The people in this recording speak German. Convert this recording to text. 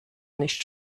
nicht